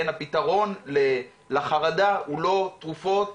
הפתרון לחרדה הוא לא תרופות,